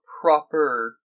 proper